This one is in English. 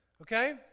okay